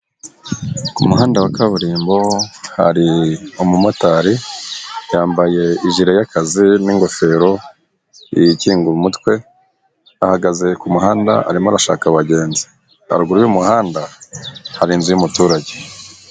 Ku muhanda wa kaburimbo hari umumotari, yambaye ijire y'akazi n'ingofero ikinga umutwe ahagaze ku muhanda arimo arashaka abagenzi, haruguru y'umuhanda hari inzu y'umuturage.